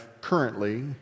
currently